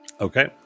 Okay